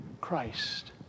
Christ